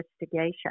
investigation